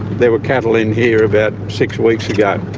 there were cattle in here about six weeks ago, yeah